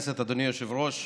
היושב-ראש,